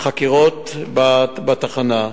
חקירות בתחנה.